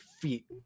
feet